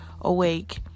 awake